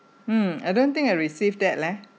um I don't think I received that leh